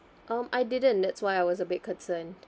um I didn't that's why I was a bit concern